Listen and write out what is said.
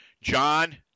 John